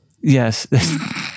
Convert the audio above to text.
Yes